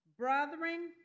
Brothering